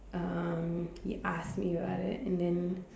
um he asked me about it and then